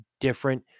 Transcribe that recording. different